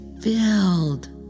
filled